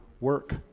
work